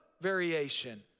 variation